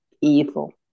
evil